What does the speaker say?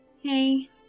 Hey